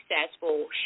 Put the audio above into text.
successful